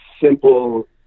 simple